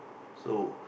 so